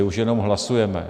Už jenom hlasujeme.